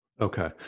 Okay